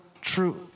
true